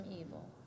evil